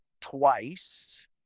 twice